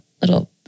little